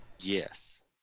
Yes